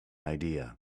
idea